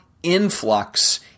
influx